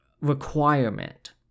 requirement